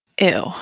Ew